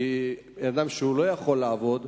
כי אדם שלא יכול לעבוד